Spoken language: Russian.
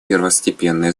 первостепенное